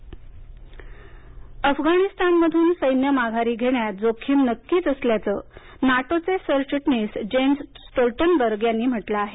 अफगाण सैनिक अफगाणिस्तानमधून सैन्य माघारी घेण्यात जोखीम नक्कीच असल्याचं नाटोचे सरचिटणीस जेन्स स्टोल्टनबर्ग यांनी म्हटलं आहे